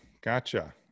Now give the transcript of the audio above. Gotcha